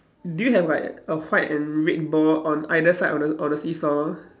do you have like a white and red ball on either side of the of the seesaw